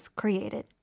created